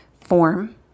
form